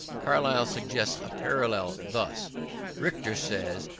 carlyle suggests a parallel thus richter says,